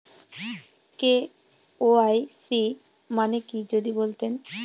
KYC মানে কি যদি বলতেন?